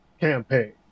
campaign